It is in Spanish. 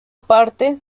parte